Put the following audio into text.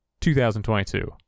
2022